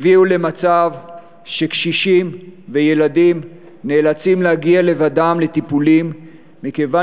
הביאו למצב שקשישים וילדים נאלצים להגיע לבדם לטיפולים מכיוון